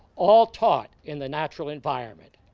all taught in the natural environment.